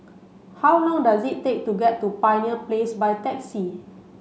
how long does it take to get to Pioneer Place by taxi